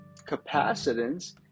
Capacitance